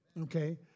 Okay